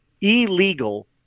illegal